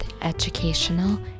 educational